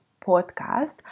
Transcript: podcast